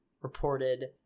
reported